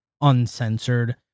uncensored